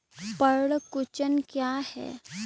पर्ण कुंचन क्या है?